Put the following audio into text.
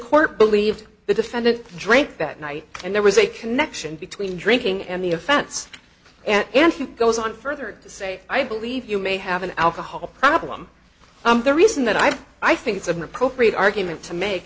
court believed the defendant drank that night and there was a connection between drinking and the offense and he goes on further to say i believe you may have an alcohol problem and the reason that i've i think it's an appropriate argument to m